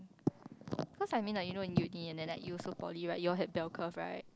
cause I mean like you know in Uni you also poly right you all have bell curve right